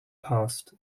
passed